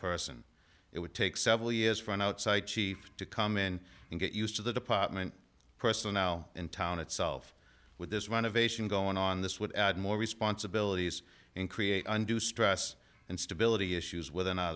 person it would take several years for an outside chief to come in and get used to the department personnel in town itself with this run of ation going on this would add more responsibilities and create undue stress and stability issues with